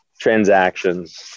transactions